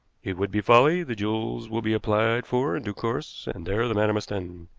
it would be folly. the jewels will be applied for in due course, and there the matter must end.